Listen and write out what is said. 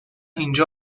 اینجا